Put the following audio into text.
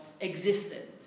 existed